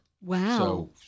Wow